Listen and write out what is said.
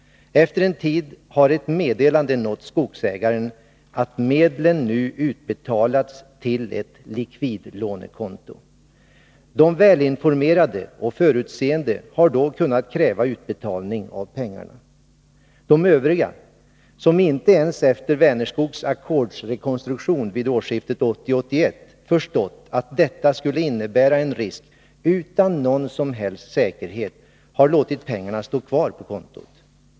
Efter en tid har ett meddelande nått skogsägaren, att medlen nu utbetalats till ett likvidlånekonto. De välinformerade och förutseende har då kunnat kräva utbetalning av pengarna. De övriga, som inte ens efter Vänerskogs ackordsrekonstruktion vid årsskiftet 1980-1981 förstått att detta skulle innebära en risk, har utan någon som helst säkerhet låtit pengarna stå kvar på kontot.